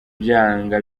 byanga